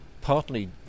partly